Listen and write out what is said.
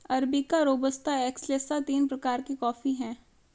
arabica robusta excelsa तीन प्रकार के कॉफी हैं